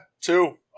two